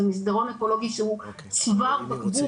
זה מסדרון אקולוגי שהוא צוואר בקבוק,